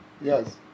Yes